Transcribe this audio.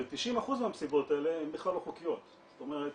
ו-90% מהמסיבות האלה הן בכלל לא חוקיות, זאת אומרת